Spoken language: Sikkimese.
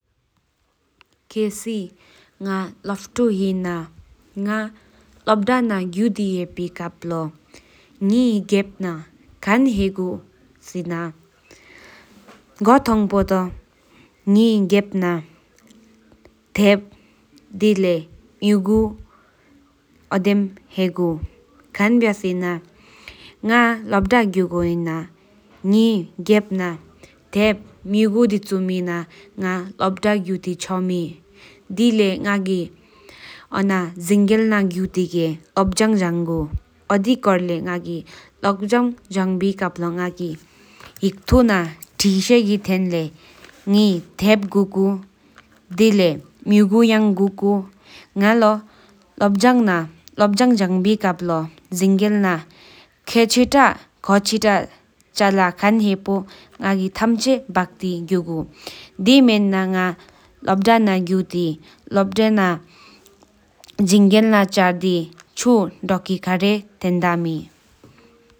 ཁྱེད་ཀྱི་སེམས་ང་ལོག་ཐུག་ཡེ་ནི་ང་ལོག་ད་ན་གུ་དེ་ཡེ་པ་ཀརཔ་ལོ་ངེས་གྱེད་པ་ན་མཁན་ཡེ་པོ་སེ་ན, གུད་ཐོན་པུ་ཐོ་ངེས་གྱེད་པ་ན་ཐེབ་དེ་ལས་ངུ་ཡུ་ཨུའི་འོདེམ་ཡེ་གུ, མཁན་ཕྱ་སེ་ན་ང་ལོག་ད་གྱུ་གཱ་ཡེ་ན་ཐེབ་ངུ་ཡུ་དེ་ཆུ་དགུ་མེ་ན་ན་ཡེ་ལོག་ད་གྱུ་དེ་ཅིག་མཁན་ན་འདེ་སྒྲིག། དེི་ཀྱེ་དེང་ཀྱི་ཀོན་ཡང་ན་སྒྲིག་ཅིག་ཀེ་ལོག་བྱངས་ཨོ་འདི་ཀག་ལས་ང་ཀོན་ལོག་བྱངས་ཡང་བེ་ཀེ་འགུག་ང་ཀོན་ཡེག་བཟོ་། ་བྱེས་ཆེ་ཀེ་ཏེན་ལས་ངེ་རེ་ཐེབ་གོི་ཀུ་དེ་ལས་ངག་རུ་ཡེ་ཀློ་ཀུ་ན་ལོ་ལོག་ད་ལོག་བྱངས་བྱངས་བེ་ཀེ་ལོ་བྱིང་ཡང་ན་ལེ་དེ་ཅིག, འཁོ་ཅི་ཏེ་ཀེ་གལེ་འཁོ་འགུ་ན་བེ་ལེ་ཞིངས་མང་བར་ཏེ་གྱུ་དོ། དེ་བེ་ན་ང་ལོག་ད་ན་གྱུ་དཱ་ལོཊ་མེ་ལ་བན་ཁོམ་ཐེམ་དེ་མ།